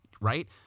right